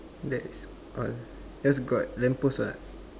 that's all just got lamppost what